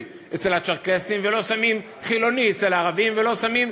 אצל הצ'רקסים ולא שמים חילוני אצל הערבים ולא שמים,